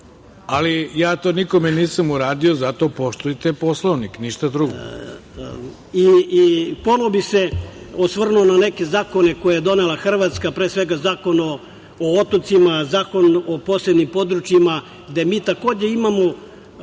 ali ja to nikome nisam uradio. Zato poštujte Poslovnik, ništa drugo. **Hadži Milorad Stošić** Ponovo bih se osvrnuo na neke zakone koje je donela Hrvatska, pre svega zakon o otocima, zakon o posebnim područjima, gde mi takođe imamo